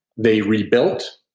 they rebuilt,